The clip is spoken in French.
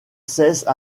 cessent